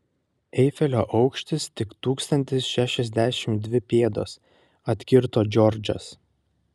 eifelio aukštis tik tūkstantis šešiasdešimt dvi pėdos atkirto džordžas